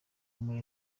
muri